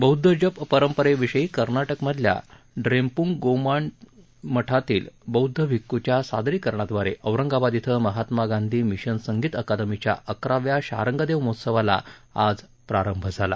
बौद्ध जप परपरेविषयी कर्नाटक मधल्या ड्रेपूंग गोमांग मठातील बौद्ध भिक्खूच्या सादरीकरणाद्वारे औरंगाबाद ध्वं महात्मा गांधी मिशन संगीत अकादमीच्या अकराव्या शारंगदेव महोत्सवाला आज प्रारंभ झाला